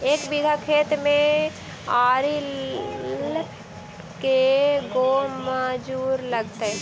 एक बिघा खेत में आरि ल के गो मजुर लगतै?